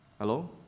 Hello